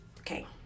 okay